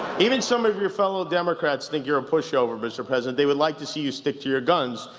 even some of your fellow democrats think you're a pushover, mr. president. they would like to see you stick to your guns.